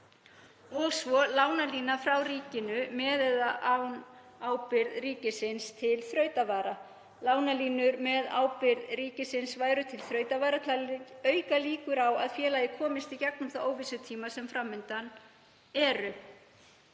5. Lánalína, frá ríkinu eða með ábyrgð ríkisins til þrautavara. Lánalínur með ábyrgð ríkisins væru til þrautavara, til að auka líkur á að félagið komist í gegnum þá óvissutíma sem fram undan eru.